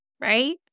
right